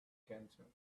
cancer